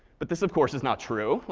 but this of course is not true.